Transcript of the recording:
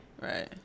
right